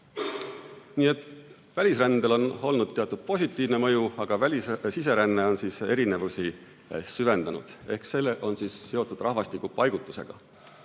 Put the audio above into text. Nii et välisrändel on olnud teatud positiivne mõju, aga siseränne on erinevusi süvendanud. See on seotud rahvastiku paigutusega.